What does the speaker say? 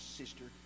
sister